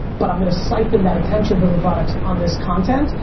but i'm gonna siphon that attention from the products on this content,